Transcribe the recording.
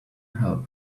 help